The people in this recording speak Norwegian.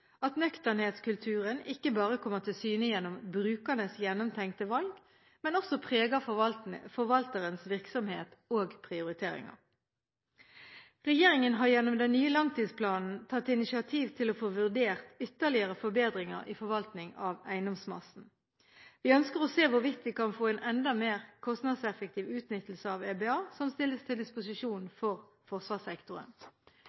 at nøkternhetskulturen ikke bare kommer til syne gjennom brukernes gjennomtenkte valg, men også preger forvalterens virksomhet og prioriteringer. Regjeringen har gjennom den nye langtidsplanen tatt initiativ til å få vurdert ytterligere forbedringer i forvaltning av eiendomsmassen. Vi ønsker å se hvorvidt vi kan få en enda mer kostnadseffektiv utnyttelse av EBA som stilles til